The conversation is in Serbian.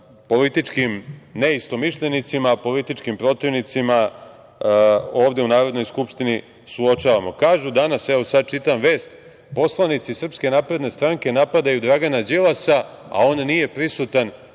političkim neistomišljenicima, političkim protivnicima ovde u Narodnoj skupštini suočavamo. Kažu danas, evo sada čitam vest – poslanici SNS napadaju Dragana Đilasa, a on nije prisutan